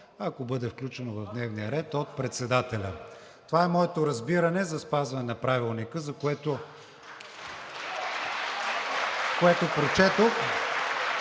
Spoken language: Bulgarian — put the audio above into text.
ако бъде включено в дневния ред от председателя. Това е моето разбиране за спазване на Правилника, за което…(шум, реплики